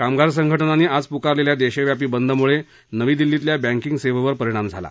कामगार संघटनांनी आज पुकारलेल्या देशव्यापी बंदमुळे नवी दिल्लीतल्या बँकींग सेवेवर परीणाम झाला